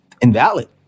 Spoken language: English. invalid